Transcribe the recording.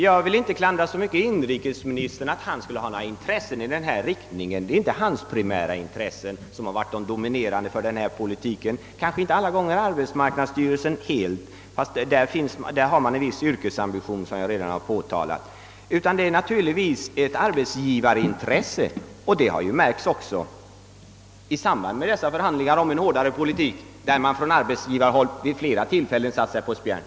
Jag vill inte klandra inrikesministern och säga att han skulle ha några intressen i denna riktning. Det är inte hans primära intressen som varit de dominerande och kanske inte heller alla gånger arbetsmarknadsstyrelsens, fastän man där har en viss yrkesambition, som jag redan påtalat. Nej, det är naturligtvis ett arbetsgivarintresse, och det har ju märkts också i samband med förhandlingarna om en hårdare politik. Där har man på arbetsgivarhåll vid flera tillfällen satt sig på tvären.